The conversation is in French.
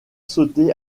sauter